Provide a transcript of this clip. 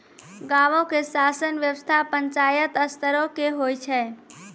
गांवो के शासन व्यवस्था पंचायत स्तरो के होय छै